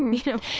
you know?